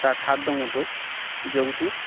তার সাধ্যমতো যৌতুক